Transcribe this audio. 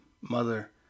mother